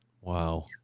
wow